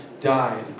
died